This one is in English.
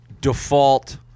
default